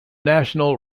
national